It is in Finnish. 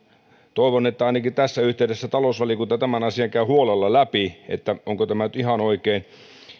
toivon että ainakin tässä yhteydessä talousvaliokunta käy tämän asian huolella läpi että onko tämä nyt ihan oikein